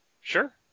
Sure